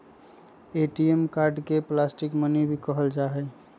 ATM card के plastic money भी कहल जाहई